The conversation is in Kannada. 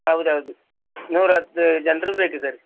ಹೌದ್ ಹೌದು ನೂರ ಹತ್ತು ಜನರು ಬೇಕು ಸರ್